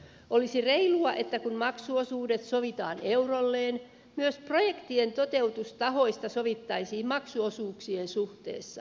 olisi reilua että kun maksuosuudet sovitaan eurolleen myös projektien toteutustahoista sovittaisiin maksuosuuksien suhteessa